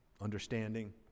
understanding